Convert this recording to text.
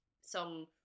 song